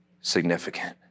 significant